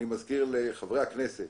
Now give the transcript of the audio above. אני מזכיר לחברי הכנסת